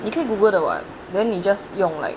你可以 Google 的 [what] then you just 用来